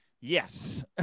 Yes